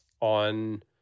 on